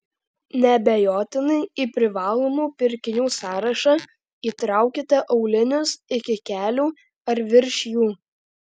neabejotinai į privalomų pirkinių sąrašą įtraukite aulinius iki kelių ar virš jų